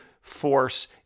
force